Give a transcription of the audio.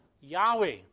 yahweh